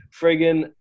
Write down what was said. friggin